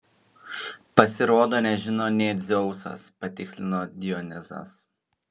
pasirodo nežino nė dzeusas patikslino dionizas